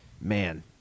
man